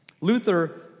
Luther